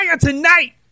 tonight